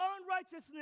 unrighteousness